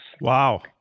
Wow